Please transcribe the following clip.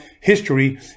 history